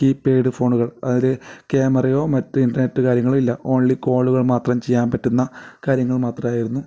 key പേഡ് ഫോണുകൾ അതിൽ ക്യാമറയോ മറ്റ് ഇൻ്റർനെറ്റ് കാര്യങ്ങളോ ഇല്ല ഒൺലി കോളുകൾ മാത്രം ചെയ്യാൻ പറ്റുന്ന കാര്യങ്ങൾ മാത്രമായിരുന്നു